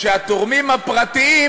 שהתורמים הפרטיים,